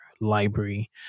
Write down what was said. library